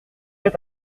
êtes